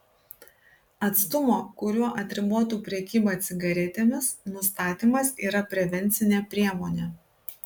atstumo kuriuo atribotų prekybą cigaretėmis nustatymas yra prevencinė priemonė